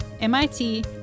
MIT